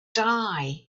die